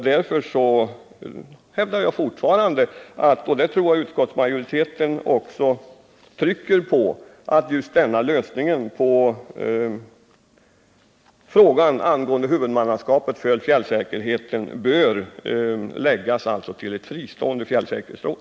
Därför hävdar jag fortfarande — och det tror jag att också utskottsmajoriteten vill trycka på — att huvudmannaskapet för fjällsäkerheten bör läggas på etwt fristående fjällsäkerhetsråd.